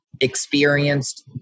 experienced